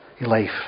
life